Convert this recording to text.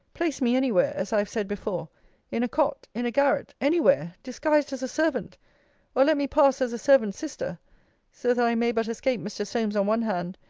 place me any where, as i have said before in a cot, in a garret any where disguised as a servant or let me pass as a servant's sister so that i may but escape mr. solmes on one hand,